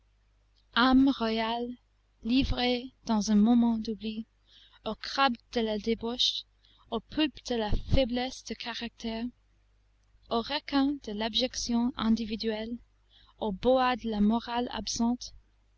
ame royale livrée dans un moment d'oubli au crabe de la débauche au poulpe de la faiblesse de caractère au requin de l'abjection individuelle au boa de la morale absente